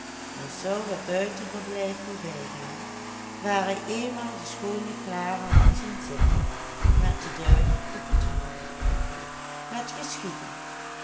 hij zou het buitenverblijf voorbijgaan waar hij eenmaal de schoone clara had zien zitten met de duif op t hoofd het geschiedde